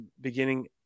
beginning